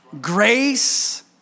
Grace